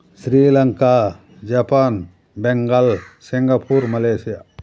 Sri Lanka Japan Bengal Singapore Malaysia